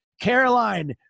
Caroline